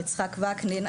יצחק וקנין,